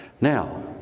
Now